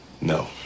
No